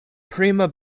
prima